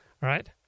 Right